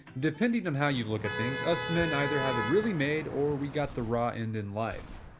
depending on how you look at things us, men either have it really made or we got the raw end in life.